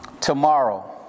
tomorrow